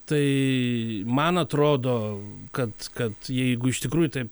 tai man atrodo kad kad jeigu iš tikrųjų taip